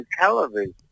television